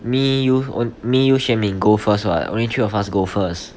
me you me you xian min g go first [what] only three of us go first